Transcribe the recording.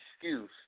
excuse